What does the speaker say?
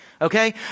Okay